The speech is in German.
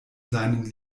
seinen